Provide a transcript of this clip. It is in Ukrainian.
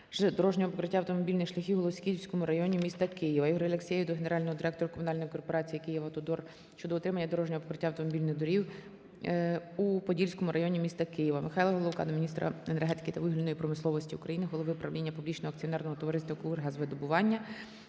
дорожнього покриття автомобільних шляхів у Голосіївському районі міста Києва. Ігоря Алексєєва до генерального директора комунальної корпорації "Київавтодор" щодо утримання дорожнього покриття автомобільних шляхів у Подільському районі міста Києва. Михайла Головка до міністра енергетики та вугільної промисловості України, голови правління Публічного акціонерного товариства «Укргазвидобування»,